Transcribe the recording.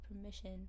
permission